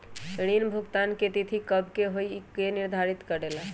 ऋण भुगतान की तिथि कव के होई इ के निर्धारित करेला?